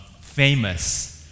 famous